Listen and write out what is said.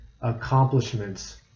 accomplishments